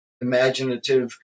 imaginative